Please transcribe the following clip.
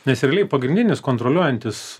nes realiai pagrindinis kontroliuojantis